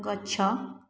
ଗଛ